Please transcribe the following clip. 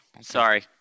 Sorry